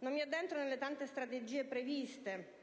Non mi addentro nelle tante strategie previste: